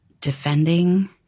defending